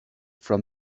from